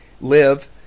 live –